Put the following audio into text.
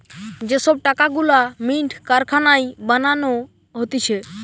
যে সব টাকা গুলা মিন্ট কারখানায় বানানো হতিছে